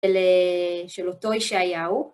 של אותו ישעיהו.